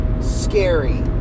scary